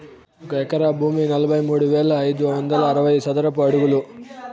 ఒక ఎకరా భూమి నలభై మూడు వేల ఐదు వందల అరవై చదరపు అడుగులు